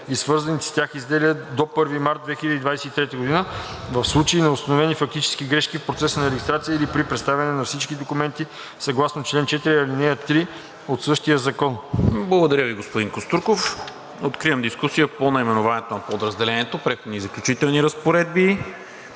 и свързаните с тях изделия до 1 март 2023 г. в случаите на установени фактически грешки в процеса на регистрация или при представяне на всички документи съгласно чл. 4, ал. 3 от същия закон.“ ПРЕДСЕДАТЕЛ НИКОЛА МИНЧЕВ: Благодаря Ви, господин Костурков. Откривам дискусия по наименованието на подразделението „Преходни и заключителни разпоредби“